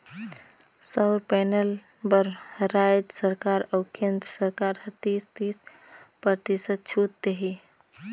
सउर पैनल बर रायज सरकार अउ केन्द्र सरकार हर तीस, तीस परतिसत छूत देही